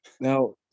Now